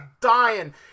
dying